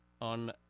on